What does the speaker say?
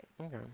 Okay